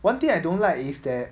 one thing I don't like is that